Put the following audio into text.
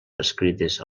descrites